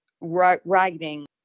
writing